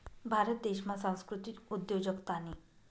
भारत देशमा सांस्कृतिक उद्योजकतानी